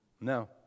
No